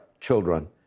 children